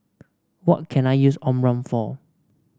what can I use Omron for